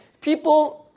people